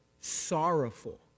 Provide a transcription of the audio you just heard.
Sorrowful